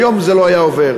היום זה לא היה עובר.